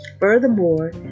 furthermore